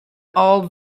all